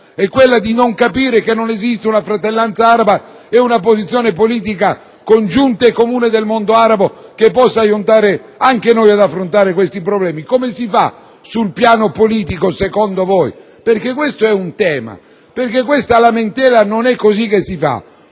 È quella di non capire che non esiste una fratellanza araba e una posizione politica congiunta e comune del mondo arabo che possa aiutare anche noi ad affrontare questi problemi? Come si fa sul piano politico, secondo voi? Continuate a lamentarvi senza